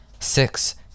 six